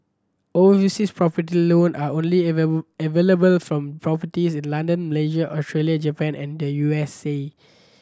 over uses profit loan are only available from properties in London Malaysia Australia Japan and the U S A